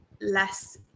less